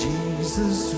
Jesus